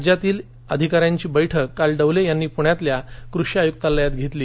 राज्यातील अधिकाऱ्यांची बैठक काल डवले यांनी पुण्यातल्या कृषी आयुर्कालयात घेतली